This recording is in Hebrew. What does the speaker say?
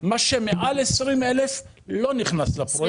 ומה שמעל 20 אלף מטר לא נכנס לפרויקט.